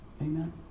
Amen